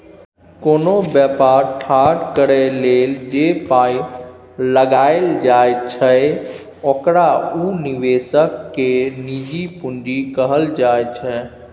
कोनो बेपार ठाढ़ करइ लेल जे पाइ लगाइल जाइ छै ओकरा उ निवेशक केर निजी पूंजी कहल जाइ छै